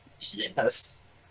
Yes